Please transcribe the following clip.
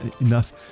enough